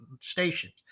stations